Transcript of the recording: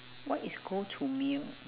what is go to meal